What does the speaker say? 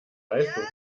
leistung